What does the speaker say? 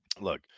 Look